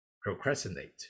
procrastinate